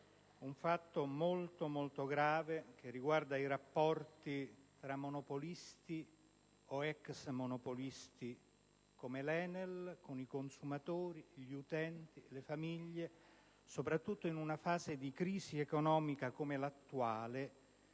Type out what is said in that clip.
un fatto molto grave, che riguarda i rapporti tra monopolisti, o ex monopolisti, come l'Enel, con i consumatori, gli utenti, le famiglie, soprattutto in una fase di crisi economica come l'attuale